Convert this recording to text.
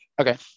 Okay